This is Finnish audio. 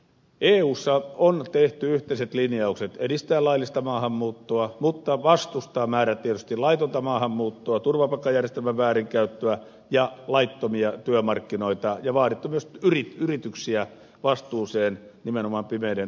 eussa on tehty yhteiset linjaukset edistää laillista maahanmuuttoa mutta vastustaa määrätietoisesti laitonta maahanmuuttoa turvapaikkajärjestelmän väärinkäyttöä ja laittomia työmarkkinoita ja vaadittu myös yrityksiä vastuuseen nimenomaan pimeiden työmarkkinoiden osalta